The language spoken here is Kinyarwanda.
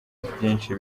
byinshi